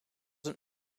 een